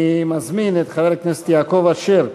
אני מזמין את חבר הכנסת יעקב אשר,